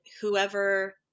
whoever